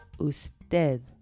usted